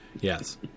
yes